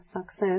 success